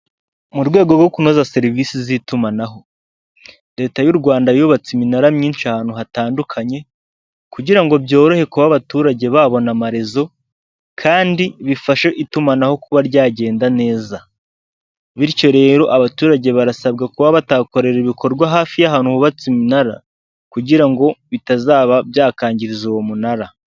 Mu rwego rwo kunoza serivisi z'itumanaho leta y'u rwanda yubatse iminara myinshi ahantu hatandukanye kugira ngo byorohe kuba abaturage babona amarezo kandi bifashe itumanaho kuba ryagenda neza bityo rero abaturage barasabwa kuba batakorera ibikorwa hafi y'ahantu hubatse umunara kugira ngo bitazaba byakangiriza uwo munara .